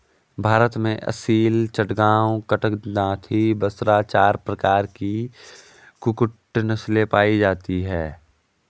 भारत में असील, चटगांव, कड़कनाथी, बसरा चार प्रकार की कुक्कुट नस्लें पाई जाती हैं